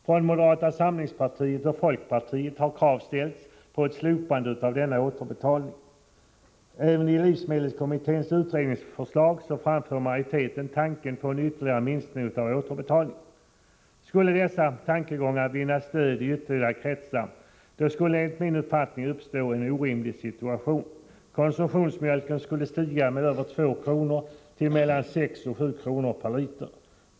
Från moderata samlingspartiet och folkpartiet har krav ställts på ett slopande av denna återbetalning. Även i livsmedelskommitténs utredningsförslag framför majoriteten tanken på en ytterligare minskning av denna återbetalning. Skulle dessa tankegångar vinna stöd i ytterligare kretsar, då skulle, enligt min uppfattning, en orimlig situation uppstå. Konsumtionsmjölken skulle stiga med över 2 kr. till mellan 6 och 7 kr. per liter.